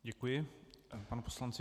Děkuji panu poslanci.